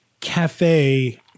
cafe